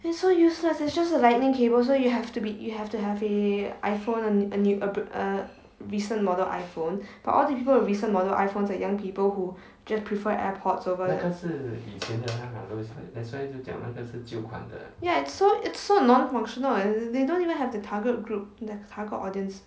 it's so useless it's just a lightning cable so you have to be you have to have a iphone and a new a recent model iphone but all the people with recent model iphones are young people who just prefer airpods over ya it's so it's so non functional and they don't even have the target group the target audience